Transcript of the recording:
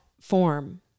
form